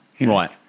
Right